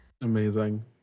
Amazing